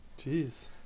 Jeez